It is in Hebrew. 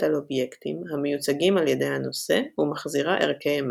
על אובייקטים – המיוצגים על ידי הנושא – ומחזירה ערכי אמת,